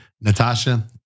Natasha